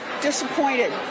disappointed